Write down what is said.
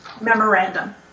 memorandum